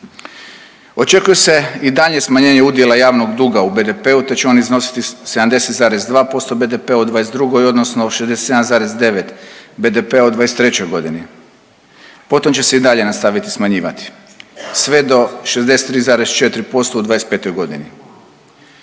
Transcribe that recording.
Očekuje se i daljnje smanjenje udjela javnog duga u BDP-u te će on iznositi 70,2% BDP-a u '22. odnosno 67,9 BDP-a u '23.g., potom će se i dalje nastaviti smanjivati sve do 63,4% u '25.g.